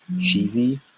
cheesy